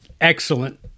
excellent